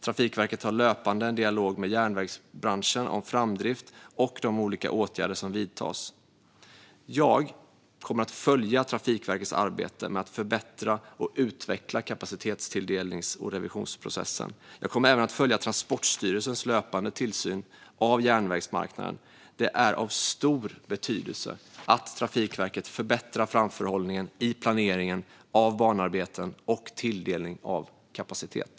Trafikverket har löpande en dialog med järnvägsbranschen om framdrift och de olika åtgärder som vidtas. Jag kommer att följa Trafikverkets arbete med att förbättra och utveckla kapacitetstilldelnings och revisionsprocessen. Jag kommer även att följa Transportstyrelsens löpande tillsyn av järnvägsmarknaden. Det är av stor betydelse att Trafikverket förbättrar framförhållningen i planeringen av banarbeten och tilldelning av kapacitet.